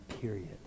period